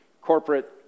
corporate